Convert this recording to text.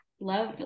Love